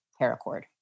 paracord